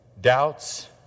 doubts